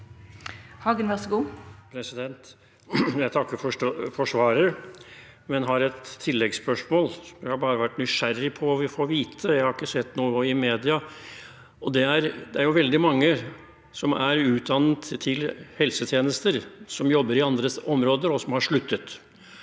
Hagen (FrP) Jeg takker for svaret, men har et tilleggsspørsmål. Jeg har vært nysgjerrig på hva vi får vite. Jeg har ikke sett noe i media. Det er veldig mange som er utdannet til helsetjenester som jobber på andre områder, og som har sluttet.